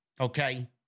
Okay